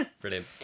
Brilliant